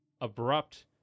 abrupt